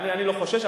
אני לא חושש.